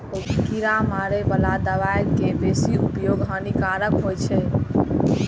कीड़ा मारै बला दवा के बेसी उपयोग हानिकारक होइ छै